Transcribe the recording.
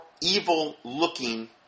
evil-looking